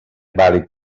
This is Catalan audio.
vàlid